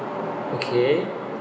okay